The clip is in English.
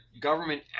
government